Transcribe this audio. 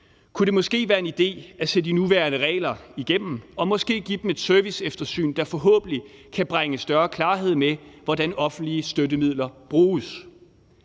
Kunne det måske være en idé at se de nuværende regler igennem og måske give dem et serviceeftersyn, der forhåbentlig kan bringe større klarhed over, hvordan offentlige støttemidler bruges?